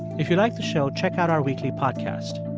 if you liked the show, check out our weekly podcast.